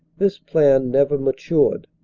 this plan never matured.